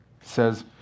says